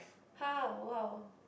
!huh! !wow!